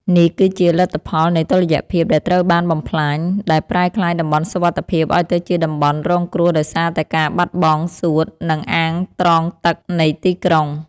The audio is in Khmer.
នេះគឺជាលទ្ធផលនៃតុល្យភាពដែលត្រូវបានបំផ្លាញ ដែលប្រែក្លាយតំបន់សុវត្ថិភាពឱ្យទៅជាតំបន់រងគ្រោះដោយសារតែការបាត់បង់ សួត និង អាងត្រងទឹក នៃទីក្រុង។